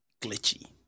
glitchy